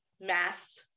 mass